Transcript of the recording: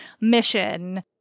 mission